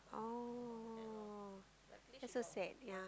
oh that's so sad yeah